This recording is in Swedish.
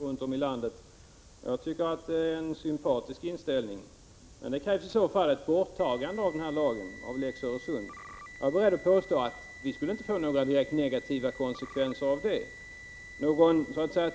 Herr talman! Kjell Johansson sade att han tycker vi skall ha lika behandling av all färjetrafik. Jag tycker det är en sympatisk inställning. Då krävs i så fall ett borttagande av Lex Öresund. Jag är beredd att påstå att vi inte skulle få några direkt negativa konsekvenser av detta. Någon